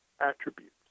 attributes